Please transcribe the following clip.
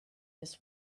this